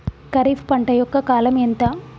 ఖరీఫ్ పంట యొక్క కాలం ఎంత?